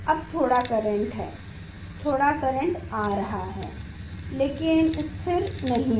अब थोड़ा करेंट है थोड़ा करंट आ रहा है लेकिन स्थिर नहीं है